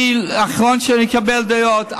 אני האחרון שאקבל דעות.